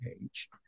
page